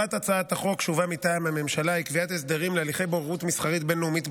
לקריאה השנייה והשלישית.